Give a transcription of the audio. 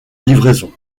livraison